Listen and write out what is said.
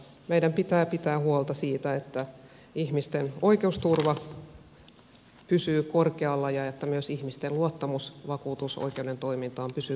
meidän pitää pitää huolta siitä että ihmisten oikeusturva pysyy korkealla ja että myös ihmisten luottamus vakuutusoikeuden toimintaan pysyy korkealla